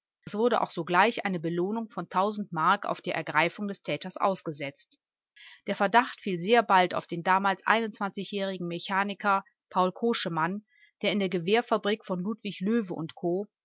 es wurde auch sogleich eine belohnung von tausend mark auf die ergreifung des täters ausgesetzt der verdacht fiel sehr bald auf den damals jährigen mechaniker paul koschemann der in der gewehrfabrik von ludwig löwe u co